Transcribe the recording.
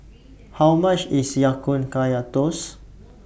How much IS Ya Kun Kaya Toast